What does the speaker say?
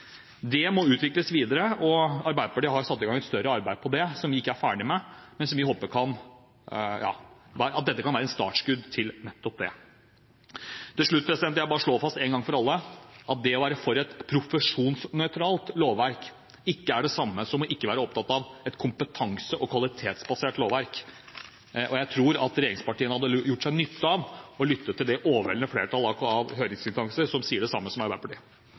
Det må utvikles videre, og Arbeiderpartiet har satt i gang et større arbeid på det som vi ikke er ferdig med, men vi håper at dette kan være startskuddet for nettopp det. Til slutt vil jeg bare slå fast en gang for alle at det å være for et profesjonsnøytralt lovverk ikke er det samme som ikke å være opptatt av et kompetanse- og kvalitetsbasert lovverk. Jeg tror regjeringspartiene hadde hatt nytte av å lytte til det overveldende flertallet av høringsinstanser som sier det samme som Arbeiderpartiet.